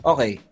Okay